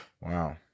Wow